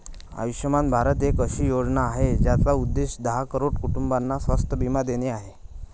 आयुष्यमान भारत एक अशी योजना आहे, ज्याचा उद्देश दहा करोड कुटुंबांना स्वास्थ्य बीमा देणे आहे